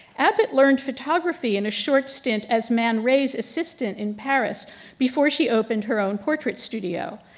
abbott learned photography in a short stint as man ray's assistant in paris before she opened her own portrait studio.